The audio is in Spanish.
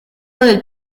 del